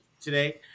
today